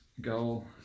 goal